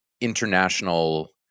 international